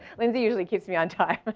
lindsay, usually keeps me on time. but